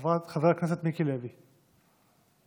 חבר הכנסת יוסף